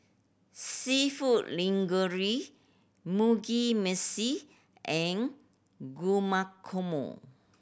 Seafood Mugi Meshi and